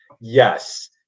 Yes